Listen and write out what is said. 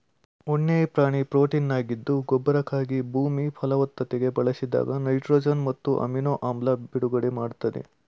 ಉಣ್ಣೆ ಪ್ರಾಣಿ ಪ್ರೊಟೀನಾಗಿದ್ದು ಗೊಬ್ಬರಕ್ಕಾಗಿ ಭೂಮಿ ಫಲವತ್ತತೆಗೆ ಬಳಸಿದಾಗ ನೈಟ್ರೊಜನ್ ಮತ್ತು ಅಮಿನೊ ಆಮ್ಲ ಬಿಡುಗಡೆ ಮಾಡ್ತದೆ